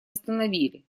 восстановили